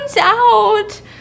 out